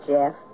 Jeff